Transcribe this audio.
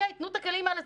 תנו את הכלים האלה,